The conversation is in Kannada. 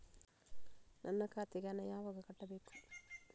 ನನ್ನ ಖಾತೆಗೆ ಹಣ ಯಾವಾಗ ಕಟ್ಟಬೇಕು?